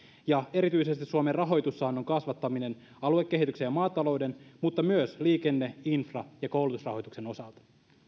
ja erityisesti suomen rahoitussaannon kasvattaminen aluekehityksen ja maatalouden mutta myös liikenne infra ja koulutusrahoituksen osalta